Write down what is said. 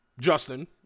Justin